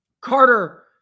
Carter